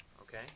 Okay